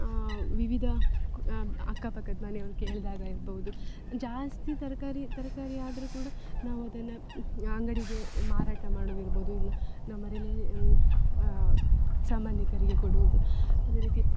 ವಿವಿಧ ಅಕ್ಕ ಪಕ್ಕದ ಮನೆಯವ್ರ್ ಕೇಳಿದಾಗ ಇರ್ಬೌದು ಜಾಸ್ತಿ ತರಕಾರಿ ತರಕಾರಿ ಆದರೂ ಕೂಡ ನಾವು ಅದನ್ನು ಅಂಗಡಿಗೆ ಮಾರಾಟ ಮಾಡೋದಿರ್ಬೌದು ಇಲ್ಲ ನಮ್ಮ ಮನೆಯಲ್ಲಿ ಸಂಬಂಧಿಕರಿಗೆ ಕೊಡುವುದು ಅದೇ ರೀತಿ